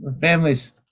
families